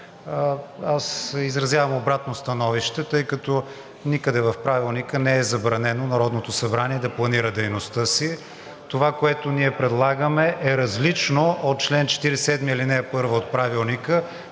аз изразявам обратно становище, тъй като никъде в Правилника не е забранено Народното събрание да планира дейността си. Това, което ние предлагаме, е различно от чл. 47, ал. 1 от Правилника,